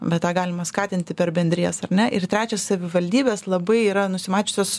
bet tą galima skatinti per bendrijas ar ne ir trečia savivaldybės labai yra nusimačiusios